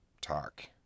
talk